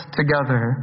together